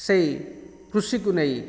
ସେଇ କୃଷିକୁ ନେଇ